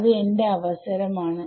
അത് എന്റെ ഇഷ്ടം ആണ്